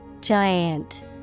Giant